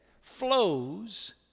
flows